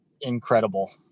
incredible